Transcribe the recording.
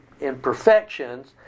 imperfections